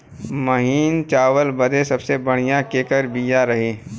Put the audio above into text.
महीन चावल बदे सबसे बढ़िया केकर बिया रही?